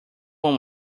one